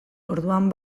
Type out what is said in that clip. orduan